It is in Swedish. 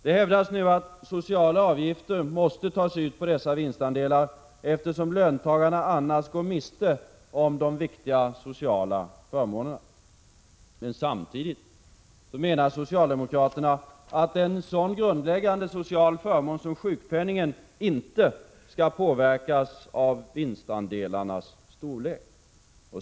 Det hävdas nu att sociala avgifter måste tas ut på dessa vinstandelar, eftersom löntagarna annars går miste om sociala förmåner. Men samtidigt menar socialdemokraterna att en sådan social förmån som sjukpenning inte skall påverkas av vinstandelarnas storlek.